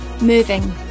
moving